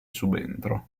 subentro